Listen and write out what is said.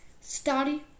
study